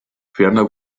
ferner